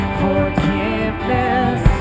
forgiveness